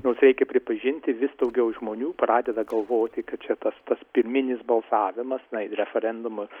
nors reikia pripažinti vis daugiau žmonių pradeda galvoti kad čia tas tas pirminis balsavimas na ir referendumu